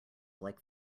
like